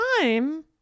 time